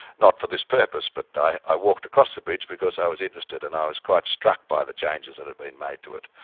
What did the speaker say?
not for this purpose, but i walked across the bridge because i was interested, and i was quite struck by the changes that had been made to it.